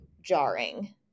jarring